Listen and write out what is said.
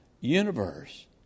universe